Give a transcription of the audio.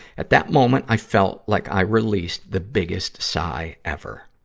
at that moment, i felt like i released the biggest sigh ever.